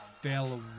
fell